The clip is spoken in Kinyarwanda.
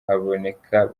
haboneka